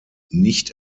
nicht